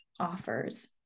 offers